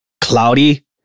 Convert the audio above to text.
cloudy